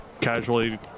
casually